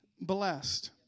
blessed